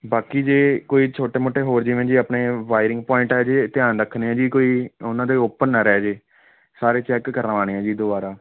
ਬਾਕੀ ਜੇ ਕੋਈ ਛੋਟੇ ਮੋਟੇ ਹੋਰ ਜਿਵੇਂ ਜੀ ਆਪਣੇ ਵਾਇਰਿੰਗ ਪੁਆਇੰਟ ਆ ਜੇ ਧਿਆਨ ਰੱਖਣੇ ਆ ਜੀ ਕੋਈ ਉਹਨਾਂ ਦੇ ਓਪਨ ਨਾ ਰਹਿ ਜੇ ਸਾਰੇ ਚੈੱਕ ਕਰਵਾਉਣੇ ਆ ਜੀ ਦੁਬਾਰਾ